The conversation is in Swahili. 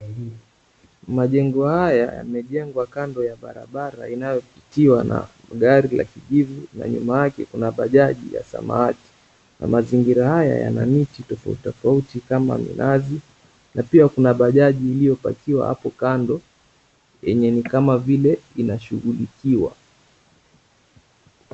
Majengo haya yamejengwa kando ya barabara inayopitiwa na gari la kijivu na nyuma yake kuna bajaji ya samawati na mazingira haya yana miti tofauti tofauti kama minazi na pia kuna bajaji iliyo pakiwa hapo kando yenye ni kama vile inashighulikiwa.